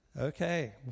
Okay